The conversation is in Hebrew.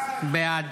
בעד